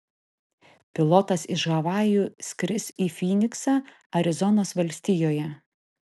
pilotas iš havajų skris į fyniksą arizonos valstijoje